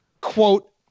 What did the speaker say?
quote